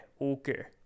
okay